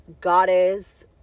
goddess